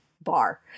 bar